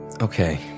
Okay